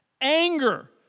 anger